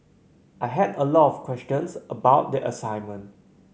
I had a lot questions about the assignment